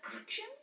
action